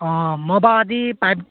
অঁ মই বাৰু আজি পাইপ